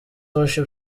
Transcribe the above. worship